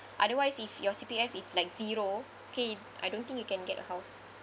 otherwise if your C_P_F is like zero K I don't think you can get a house